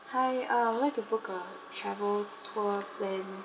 hi uh I would like to book a travel tour plan